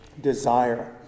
desire